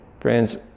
Friends